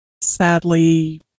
sadly